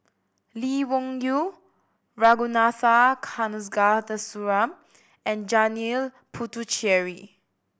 Lee Wung Yew Ragunathar Kanagasuntheram and Janil Puthucheary